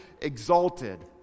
exalted